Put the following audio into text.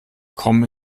kommen